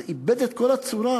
זה איבד את כל הצורה.